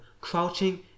crouching